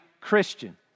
Christian